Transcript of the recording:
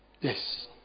Yes